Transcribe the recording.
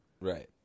right